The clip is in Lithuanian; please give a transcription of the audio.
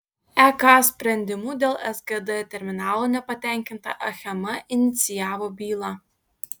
ek sprendimu dėl sgd terminalo nepatenkinta achema inicijavo bylą